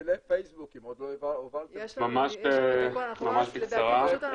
בקצרה בבקשה.